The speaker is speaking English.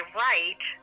right